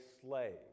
slave